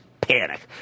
panic